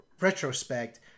retrospect